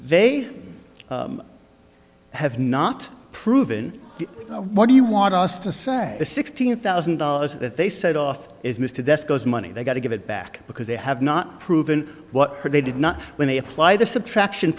they have not proven what do you want us to say the sixteen thousand dollars that they set off is mr best goes money they've got to give it back because they have not proven what they did not when they apply the subtraction